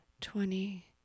twenty